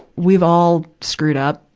we've all screwed up.